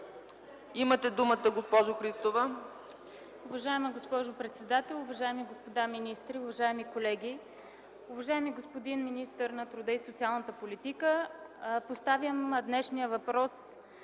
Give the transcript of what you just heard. Имате думата, госпожо Христова.